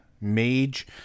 mage